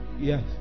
Yes